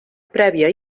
prèvia